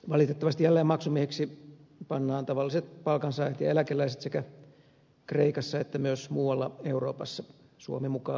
valitettavasti jälleen maksumiehiksi pannaan tavalliset palkansaajat ja eläkeläiset sekä kreikassa että myös muualla euroopassa suomi mukaan lukien